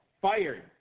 fired